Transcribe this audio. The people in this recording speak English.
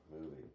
movie